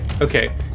Okay